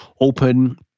open